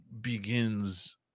begins